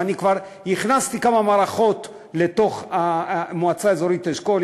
ואני כבר הכנסתי כמה מערכות לתוך המועצה האזורית אשכול,